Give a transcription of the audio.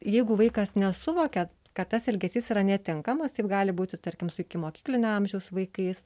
jeigu vaikas nesuvokia kad tas elgesys yra netinkamas taip gali būti tarkim su ikimokyklinio amžiaus vaikais